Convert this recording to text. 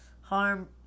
harm